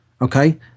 Okay